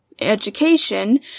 education